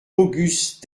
auguste